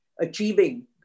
achieving